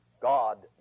God